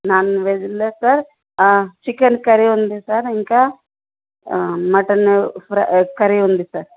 non వెజ్లో sir chicken curry ఉంది sir ఇంకా మటన్ ఫ్రై కర్రీ ఉంది సార్